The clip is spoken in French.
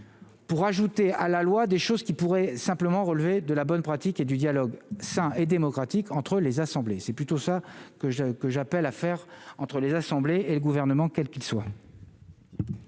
pour ajouter à la loi des choses qui pourraient simplement relevé de la bonne pratique et du dialogue sain et démocratique entre les assemblées, c'est plutôt ça que j'que j'appelle à faire entre les assemblées et le gouvernement, quel qu'il soit.